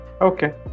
okay